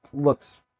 looks